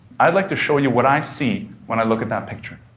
i'd like to show you what i see when i look at that picture.